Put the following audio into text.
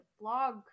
blog